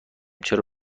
چرا